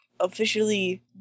Officially